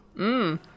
Mmm